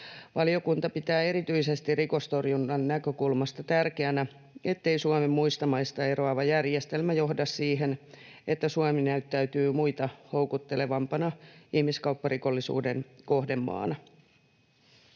Valiokunta pitää erityisesti rikostorjunnan näkökulmasta tärkeänä, ettei Suomen muista maista eroava järjestelmä johda siihen, että Suomi näyttäytyy muita houkuttelevampana ihmiskaupparikollisuuden kohdemaana.